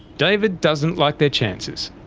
david doesn't like their chances.